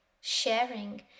sharing